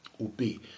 obey